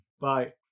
Bye